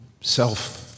self